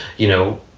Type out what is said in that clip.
you know,